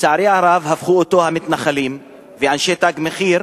לצערי הרב, הפכו אותו המתנחלים ואנשי "תג מחיר"